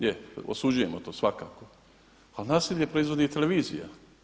Je, osuđujemo to svakako ali nasilje proizvodili televizija.